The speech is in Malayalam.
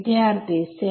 അതായത് കിട്ടും